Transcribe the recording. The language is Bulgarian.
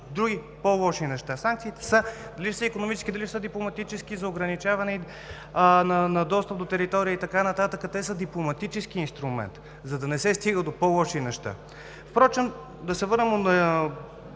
други, по-лоши неща. Санкциите са, дали ще са икономически, дали ще са дипломатически, за ограничаване на достъп до територии и така нататък, те са дипломатически инструмент, за да не се стига до по-лоши неща. Да се върнем